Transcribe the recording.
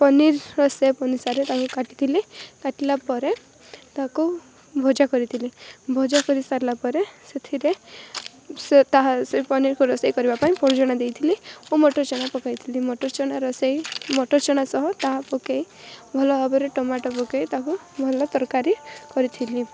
ପନିରର shape ଅନୁସାରେ ତାକୁ କାଟିଥିଲି କାଟିଲା ପରେ ତାକୁ ଭଜା କରିଥିଲି ଭଜା କରିସାରିଲା ପରେ ସେଥିରେ ସେ ତାହା ସେ ପନିରକୁ ରୋଷେଇ କରିବାପାଇଁ ଦେଇଥିଲି ଓ ମଟର ଚଣା ପକାଇଥିଲି ମଟର ଚଣା ରୋଷେଇ ମଟର ଚଣା ସହ ତାହା ପକାଇ ଭଲ ଭାବରେ ଟମାଟୋ ପକାଇ ତାକୁ ଭଲ ତରକାରୀ କରିଥିଲି